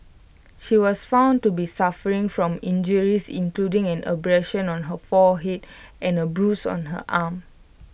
she was found to be suffering from injuries including an abrasion on her forehead and A bruise on her arm